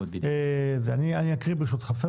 אני אקריא, ברשותך.